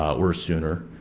or sooner.